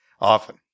often